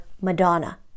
Madonna